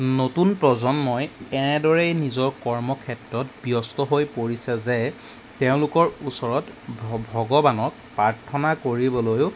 নতুন প্ৰজন্মই এনেদৰেই নিজৰ কৰ্মক্ষেত্ৰত ব্যস্ত হৈ পৰিছে যে তেওঁলোকৰ ওচৰত ভগৱানক প্ৰাৰ্থনা কৰিবলৈও